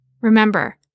Remember